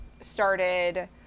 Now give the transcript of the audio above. started